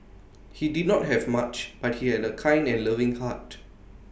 he did not have much but he had A kind and loving heart